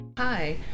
Hi